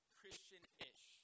Christian-ish